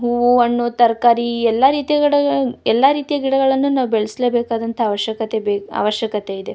ಹೂವು ಹಣ್ಣು ತರಕಾರಿ ಎಲ್ಲ ರೀತಿ ಗಿಡಗಳು ಎಲ್ಲ ರೀತಿ ಗಿಡಗಳನ್ನು ನಾವು ಬೆಳೆಸ್ಲೇಬೇಕಾದಂಥ ಅವಶ್ಯಕತೆ ಬೇ ಅವಶ್ಯಕತೆಯಿದೆ